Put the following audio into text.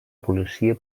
policia